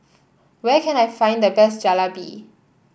where can I find the best Jalebi